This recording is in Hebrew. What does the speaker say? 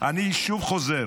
אני שוב חוזר: